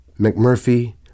McMurphy